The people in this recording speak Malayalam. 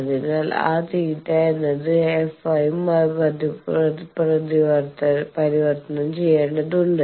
അതിനാൽ ആ θ എന്നത് f ആയി പരിവർത്തനം ചെയ്യേണ്ടതുണ്ട്